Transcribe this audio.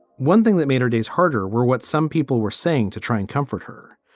one thing that made her days harder were what some people were saying to try and comfort her.